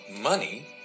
money